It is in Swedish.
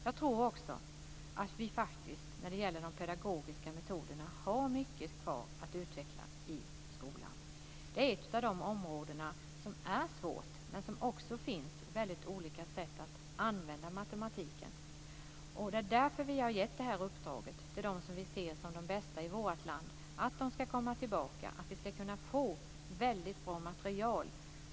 Jag tror också att vi faktiskt har mycket kvar att utveckla i skolan när det gäller de pedagogiska metoderna. Det är ett av de områden som är svåra, men det finns också olika sätt att använda matematiken. Därför har vi gett det här uppdraget till dem som vi ser som de bästa i vårt land, för att de ska komma tillbaka och för att vi ska kunna få ett väldigt bra material.